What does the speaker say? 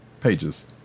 Pages